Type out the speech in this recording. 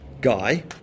guy